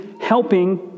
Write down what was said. helping